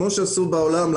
כמו שעשו בעולם,